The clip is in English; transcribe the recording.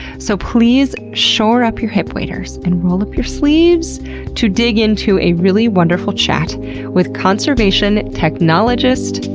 so please, shore up your hip waders and roll up your sleeves to dig into a really wonderful chat with conservation technologist,